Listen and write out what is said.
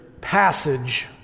passage